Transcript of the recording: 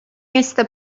este